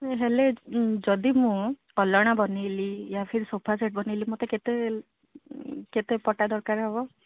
ହେଲେ ଯଦି ମୁଁ କଲଣା ବନେଇଲି ୟା ଫିର୍ ସୋଫା ସେଟ୍ ବନେଇଲି ମତେ କେତେ କେତେ ପଟା ଦରକାର ହବ